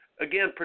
again